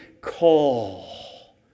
call